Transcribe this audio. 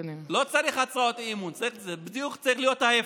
לא צריך הצעות אי-אמון, צריך בדיוק ההפך.